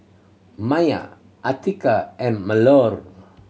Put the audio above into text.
Maya Atiqah and Melur